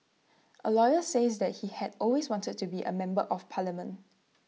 A lawyer says that he had always wanted to be A member of parliament